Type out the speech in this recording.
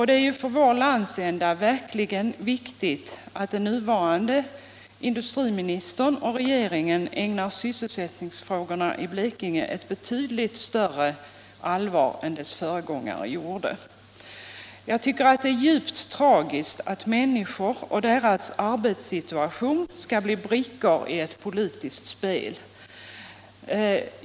Det är för vår landsända verkligen viktigt att den nuvarande industriministern och regeringen ägnar sysselsättningsfrågorna i Blekinge ett betydligt större allvar än deras föregångare gjort. Det är djupt tragiskt att människor och deras arbetssituation skall bli brickor i ett politiskt spel.